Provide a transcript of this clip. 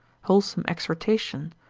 wholesome exhortation,